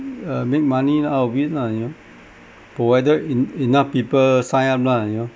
uh make money out of it lah you know provided en~ enough people sign up lah you know